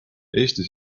eesti